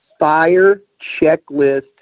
firechecklist